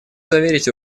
заверить